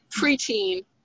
preteen